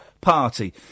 party